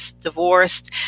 divorced